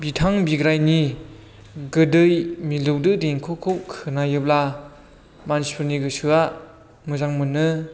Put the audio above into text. बिथां बिग्राइनि गोदै मिलौदो देंखोखौ खोनायोब्ला मानसिफोरनि गोसोआ मोजां मोनो